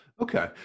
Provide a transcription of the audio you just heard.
Okay